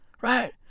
right